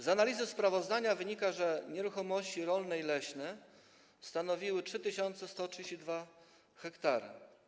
Z analizy sprawozdania wynika, że nieruchomości rolne i leśne stanowiły 3132 ha.